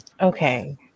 Okay